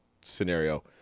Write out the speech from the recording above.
scenario